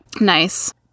Nice